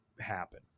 happen